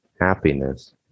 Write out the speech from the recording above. happiness